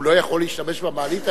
הוא לא יכול להשתמש במעלית?